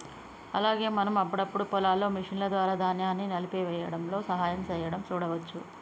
అలాగే మనం అప్పుడప్పుడు పొలాల్లో మిషన్ల ద్వారా ధాన్యాన్ని నలిపేయ్యడంలో సహాయం సేయడం సూడవచ్చు